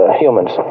humans